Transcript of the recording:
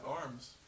arms